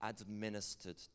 administered